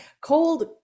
cold